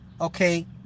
okay